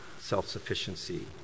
self-sufficiency